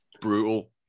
Brutal